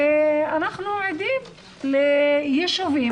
ואנחנו עדים לישובים,